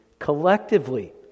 collectively